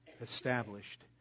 established